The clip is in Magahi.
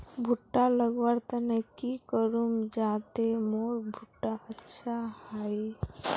भुट्टा लगवार तने की करूम जाते मोर भुट्टा अच्छा हाई?